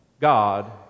God